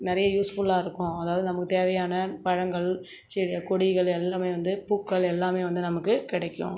நிறைய யூஸ்ஃபுல்லாக இருக்கும் அதாவது நமக்கு தேவையான பழங்கள் செடி கொடிகள் எல்லாம் வந்து பூக்கள் எல்லாம் வந்து நமக்கு கிடைக்கும்